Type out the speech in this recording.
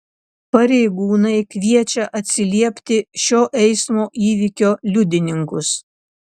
pareigūnai kviečia atsiliepti šio eismo įvykio liudininkus